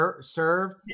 served